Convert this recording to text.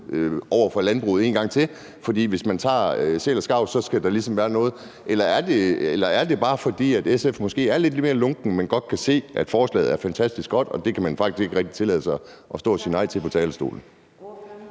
over for landbruget en gang til, fordi der, hvis man gør noget i forhold til sæler og skarver, så ligesom også skal være noget andet? Eller er det bare, fordi SF måske er lidt mere lunkne, men man godt kan se, at forslaget er fantastisk godt, og at man faktisk ikke rigtig kan tillade sig at stå og sige nej til det fra talerstolen?